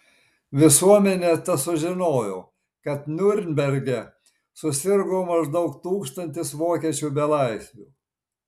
visuomenė tesužinojo kad niurnberge susirgo maždaug tūkstantis vokiečių belaisvių